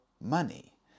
money